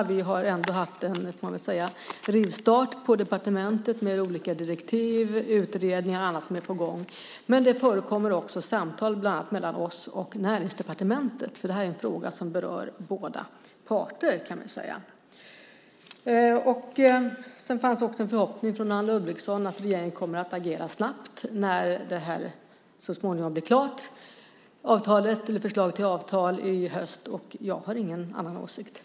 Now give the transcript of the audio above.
Vi har ändå haft en rivstart på departementet, får man väl säga, med olika direktiv, utredningar och annat som är på gång, men det förekommer också samtal bland annat mellan oss och Näringsdepartementet. Det här är ju en fråga som berör båda parter, kan vi säga. Anne Ludvigsson har också förhoppningen att regeringen ska agera snabbt när förslaget till avtal så småningom, i höst, blir klart. Jag har ingen annan åsikt.